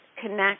connect